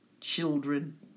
children